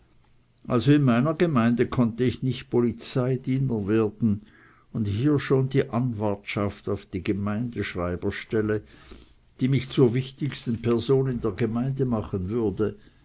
also in meiner gemeinde konnte ich nicht polizeidiener werden und hier schon die anwartschaft auf die gemeindschreiberstelle die mich zur wichtigsten person in der gemeinde machen würde